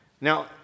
Now